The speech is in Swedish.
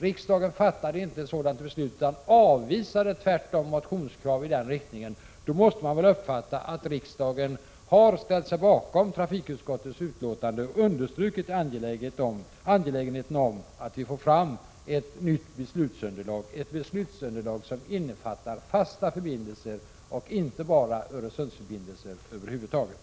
Riksdagen fattade inte något sådant beslut, utan avvisade tvärtom motionskrav i den riktningen. Därför måste man väl uppfatta det så att riksdagen har ställt sig bakom trafikutskottets betänkande och understrukit angelägenheten av att vi får fram ett nytt beslutsunderlag — ett beslutunderlag som innefattar fasta förbindelser och inte bara Öresundsförbindelser över huvud taget.